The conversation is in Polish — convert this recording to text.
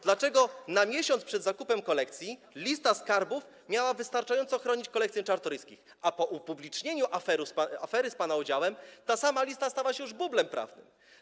Dlaczego na miesiąc przed zakupem kolekcji lista skarbów miała wystarczająco chronić kolekcję Czartoryskich, a po upublicznieniu afery z pana udziałem ta sama lista stała się już bublem prawnym?